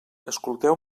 escolteu